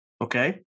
Okay